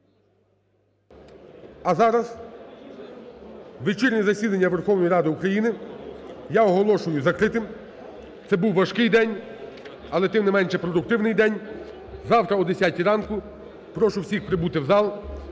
А зараз вечірнє засідання Верховної Ради України я оголошую закритим. Це був важкий день, але тим не менше продуктивний день. Завтра о 10-й ранку прошу всіх прибути в зал